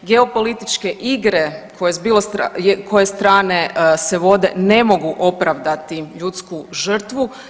Geopolitičke igre koje strane se vode ne mogu opravdati ljudsku žrtvu.